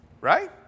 Right